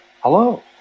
hello